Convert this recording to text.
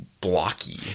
blocky